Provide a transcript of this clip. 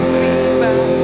feedback